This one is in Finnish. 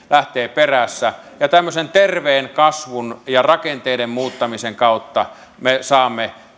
lähtee perässä tämmöisen terveen kasvun ja rakenteiden muuttamisen kautta me saamme